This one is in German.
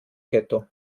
ghetto